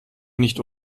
nicht